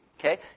Okay